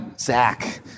Zach